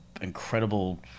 incredible